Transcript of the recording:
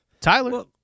Tyler